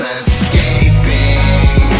escaping